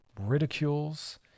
ridicules